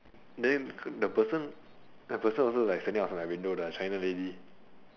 then the person the person also like standing outside my window the china lady